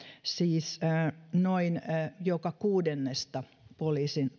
siis noin joka kuudennesta poliisin